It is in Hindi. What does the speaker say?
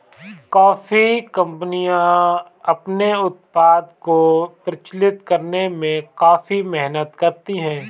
कॉफी कंपनियां अपने उत्पाद को प्रचारित करने में काफी मेहनत करती हैं